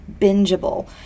bingeable